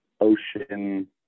Ocean